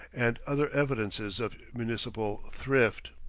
and other evidences of municipal thrift.